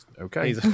Okay